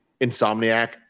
Insomniac